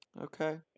Okay